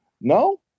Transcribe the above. no